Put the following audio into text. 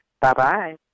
Bye-bye